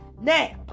Now